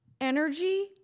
energy